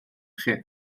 chi